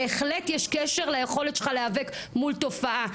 בהחלט יש קשר ליכולת שלך להיאבק מול תופעה,